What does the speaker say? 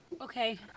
Okay